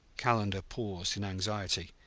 calendar paused in anxiety.